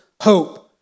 hope